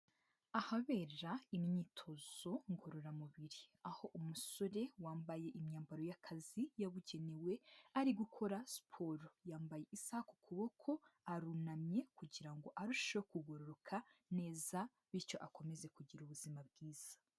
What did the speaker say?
Ahabera imyitozo ngororamubiri, aho umusore wambaye imyambaro y'akazi yabugenewe ari gukora siporo, yambaye isaha ku kuboko, arunamye kugira ngo arusheho kugororoka neza bityo akomeze kugira ubuzima bwiza.